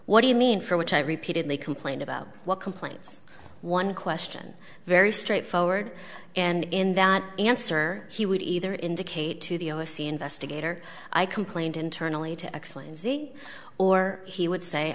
what do you mean for which i repeated they complained about what complaints one question very straightforward and in that answer he would either indicate to the o s c investigator i complained internally to excellency or he would say